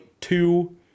two